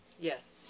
Yes